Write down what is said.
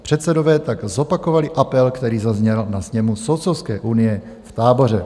Předsedové tak zopakovali apel, který zazněl na sněmu Soudcovské unie v Táboře.